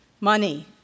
Money